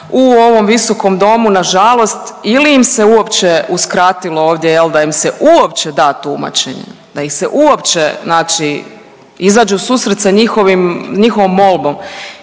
u ovom visokom domu nažalost ili im se uopće uskratilo jel da im se uopće da tumačenje, da ih se uopće znači izađe u susret sa njihovim,